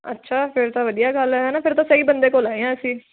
ਅੱਛਾ ਫਿਰ ਤਾਂ ਵਧੀਆ ਗੱਲ ਹੈ ਹੈ ਨਾ ਫਿਰ ਤਾਂ ਸਹੀ ਬੰਦੇ ਕੋਲ ਆਏ ਹਾਂ ਅਸੀਂ